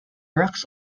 rocks